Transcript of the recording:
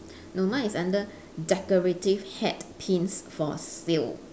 no mine is under decorative hat pins for sale